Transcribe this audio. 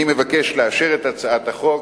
אני מבקש לאשר את הצעת החוק,